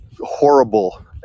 horrible